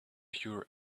pure